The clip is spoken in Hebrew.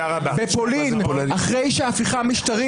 בפולין אחרי שההפיכה המשטרית